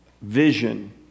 vision